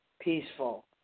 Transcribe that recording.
peaceful